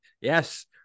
Yes